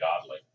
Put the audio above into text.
godly